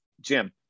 Jim